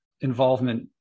involvement